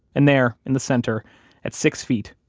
and there in the center at six feet,